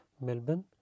Melbourne